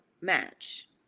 match